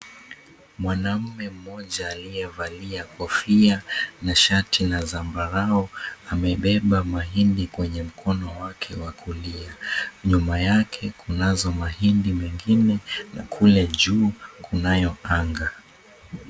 Mwanaume mmoja aliyevalia kofia na shati la zambarau amebeba mahindi kwenye mkono wake wa kulia. Nyuma yake kunazo mahindi mengine na kule juu kunayo anga.